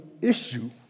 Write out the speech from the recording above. issue